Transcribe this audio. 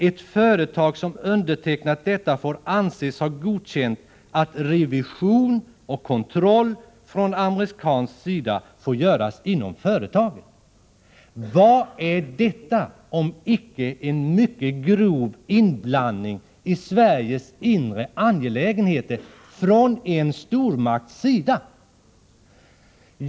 Ett företag som undertecknat detta får anses ha godkänt att revision och kontroll från amerikansk sida får göras inom företaget.” Vad är detta, om icke en mycket grov inblandning i Sveriges inre angelägenheter från en stormakts sida?